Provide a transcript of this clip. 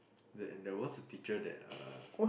see and there was a teacher that uh